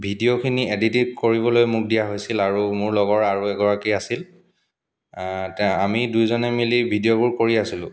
ভিডিঅ'খিনি editing কৰিবলৈ মোক দিয়া হৈছিল আৰু মোৰ লগৰ আৰু এগৰাকী আছিল আমি দুইজনে মিলি ভিডিঅ'বোৰ কৰি আছিলোঁ